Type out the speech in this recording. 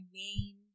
main